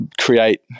create